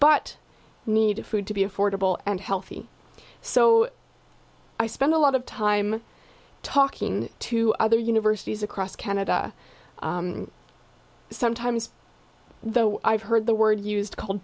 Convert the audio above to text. but need food to be affordable and healthy so i spend a lot of time talking to other universities across canada sometimes though i've heard the word used called